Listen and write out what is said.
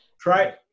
Try